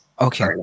Okay